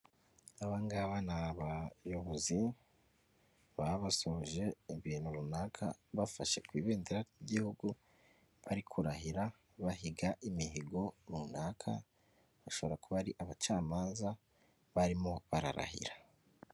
Aba ngaba ni abayobozi baba basoje ibintu runaka. Bafashe ku ibendera ry'igihugu bari kurahira, bahiga imihigo runaka. Bashobora kuba ari abacamanza barimo bararahira.